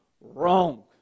wrong